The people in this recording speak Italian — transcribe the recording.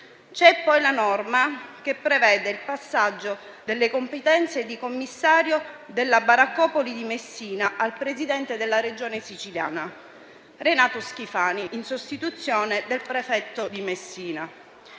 è poi la norma che prevede il passaggio delle competenze di commissario della baraccopoli di Messina al presidente della Regione Siciliana Renato Schifani, in sostituzione del prefetto di Messina.